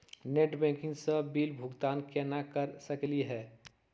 Net banking स bill भुगतान केना कर सकली हे?